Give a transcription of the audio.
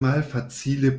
malfacile